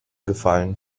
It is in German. gefallen